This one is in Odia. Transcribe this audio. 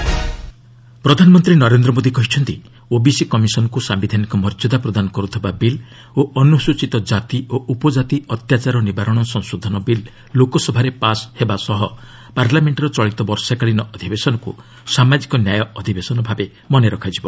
ବିଜେପି ପାର୍ଲାମେଣ୍ଟାରି ପାର୍ଟି ମିଟିଂ ପ୍ରଧାନମନ୍ତ୍ରୀ ନରେନ୍ଦ୍ର ମୋଦି କହିଛନ୍ତି ଓବିସି କମିଶନଙ୍କୁ ସାୟିଧାନିକ ମର୍ଯ୍ୟାଦା ପ୍ରଦାନ କରୁଥିବା ବିଲ୍ ଓ ଅନୁସୂଚୀତ ଜାତି ଓ ଉପଜାତି ଅତ୍ୟାଚାର ନିବାରଣ ସଂଶୋଧନ ବିଲ୍ ଲୋକସଭାରେ ପାସ୍ ହେବା ସହ ପାର୍ଲାମେଷ୍ଟର ଚଳିତ ବର୍ଷାକାଳୀନ ଅଧିବେଶନକୁ ସାମାଜିକ ନ୍ୟାୟ ଅଧିବେଶନ ଭାବେ ମନେ ରଖାଯିବ